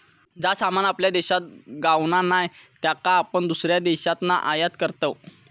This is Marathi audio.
जा सामान आपल्या देशात गावणा नाय त्याका आपण दुसऱ्या देशातना आयात करतव